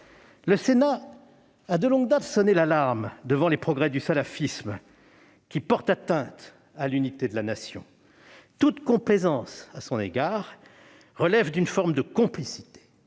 Le Sénat a, de longue date, sonné l'alarme devant les progrès du salafisme, qui portent atteinte à l'unité de la Nation. Toute complaisance à son égard relève d'une forme de complicité.